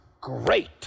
great